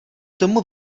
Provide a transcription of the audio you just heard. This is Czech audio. tomu